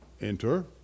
enter